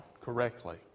correctly